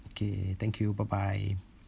okay thank you bye bye